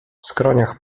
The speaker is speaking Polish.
skroniach